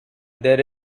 there